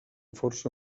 força